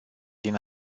din